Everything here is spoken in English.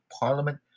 parliament